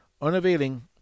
unavailing